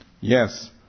Yes